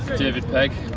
david pegg.